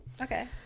Okay